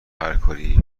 هرکاری